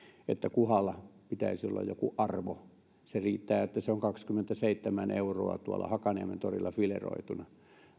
että kuhalla pitäisi olla joku arvo se riittää että se on kaksikymmentäseitsemän euroa tuolla hakaniemen torilla fileoituna